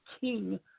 King